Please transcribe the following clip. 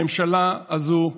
הממשלה הזאת,